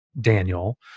Daniel